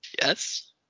Yes